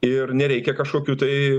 ir nereikia kažkokių tai